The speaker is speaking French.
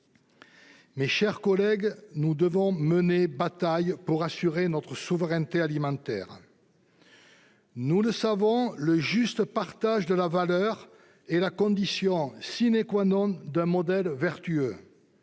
Mes chers collègues, nous devons mener bataille pour assurer notre souveraineté alimentaire. Nous le savons, le juste partage de la valeur est la condition d'un modèle vertueux.